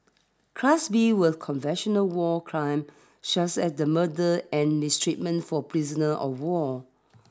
class B were conventional war crime such as the murder and mistreatment of prisoners of war